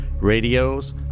Radios